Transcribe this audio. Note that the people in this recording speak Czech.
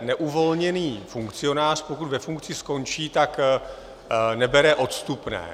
Neuvolněný funkcionář, pokud ve funkci skončí, tak nebere odstupné.